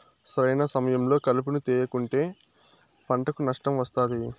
సరైన సమయంలో కలుపును తేయకుంటే పంటకు నష్టం వస్తాది